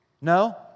No